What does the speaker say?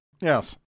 Yes